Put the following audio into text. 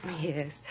Yes